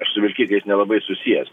aš su vilkikais nelabai susijęs